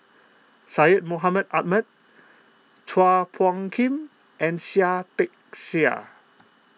Syed Mohamed Ahmed Chua Phung Kim and Seah Peck Seah